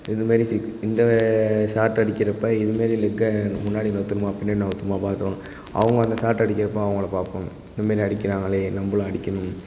இதுமாரி சீ இந்த சாட் அடிக்கிறப்போ இதுமாரி லெக்கை முன்னாடி நகுத்தணுமா பின்னாடி நகுத்தணுமா பார்ப்போம் அவங்க அந்த சாட் அடிக்கிறப்போ அவங்கள பார்ப்போம் இதுமாரி அடிக்கிறாங்களே நம்மளும் அடிக்கணும்